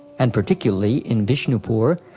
and particularly in vishnupur,